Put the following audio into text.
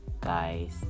guys